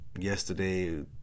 yesterday